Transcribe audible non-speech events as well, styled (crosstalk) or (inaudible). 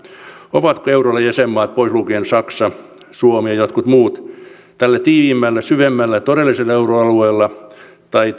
ovatko euroalueen jäsenmaat pois lukien saksa suomi ja jotkut muut tällä tiiviimmällä syvemmällä todellisella euroalueella tai (unintelligible)